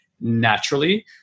naturally